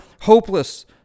hopeless